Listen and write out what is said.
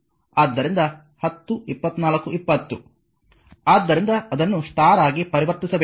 ಆದ್ದರಿಂದ 10 24 20 ಆದ್ದರಿಂದ ಅದನ್ನು ಸ್ಟಾರ್ ಆಗಿ ಪರಿವರ್ತಿಸಬೇಕು